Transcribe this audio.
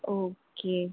okay